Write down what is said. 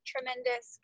tremendous